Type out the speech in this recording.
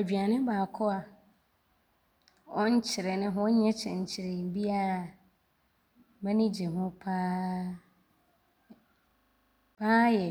Aduane baako a ɔnkyerɛ ne ho, ɔnyɛ kyɛnkyerɛn biaa a m’ani gye ho pa ara yɛ